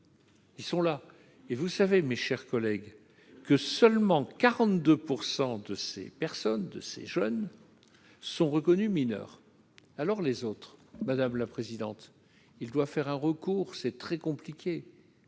Ils sont là, et vous savez, mes chers collègues, que seulement 42 % de ces personnes de ces jeunes sont reconnus mineurs alors les autres, madame la présidente, il doit faire un recours, c'est très compliqué